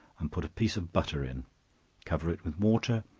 and put a piece of butter in cover it with water,